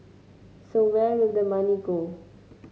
so where will the money go